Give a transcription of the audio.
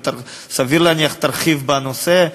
וסביר להניח שהיא תרחיב בנושא,